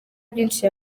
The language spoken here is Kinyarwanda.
byinshi